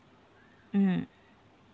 mm